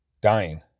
dying